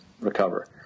recover